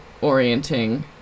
orienting